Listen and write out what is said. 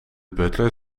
butler